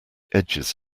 edges